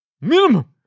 Minimum